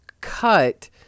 cut